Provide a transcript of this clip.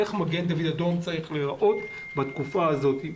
איך מגן דוד אדום צריך להיראות בתקופה הזאת.